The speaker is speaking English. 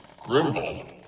Grimble